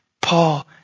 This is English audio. Paul